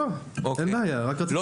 אין בעיה, רק רציתי להבין.